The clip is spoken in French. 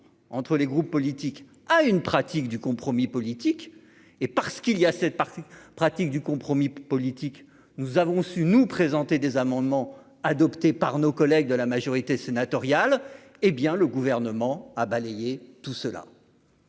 entre les groupes politiques à une pratique du compromis politique et parce qu'il y a cette partie pratique du compromis politique, nous avons su nous présenter des amendements adoptés par nos collègues de la majorité sénatoriale, hé bien le gouvernement a balayé tout cela.